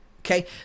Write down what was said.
okay